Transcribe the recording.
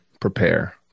prepare